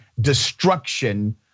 destruction